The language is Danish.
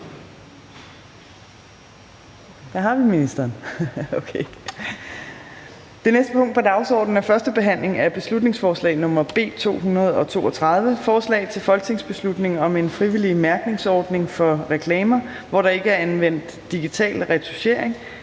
Det næste punkt på dagsordenen er: 17) 1. behandling af beslutningsforslag nr. B 232: Forslag til folketingsbeslutning om en frivillig mærkningsordning for reklamer, hvor der ikke er anvendt digital retouchering,